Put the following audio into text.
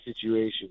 situation